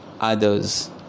others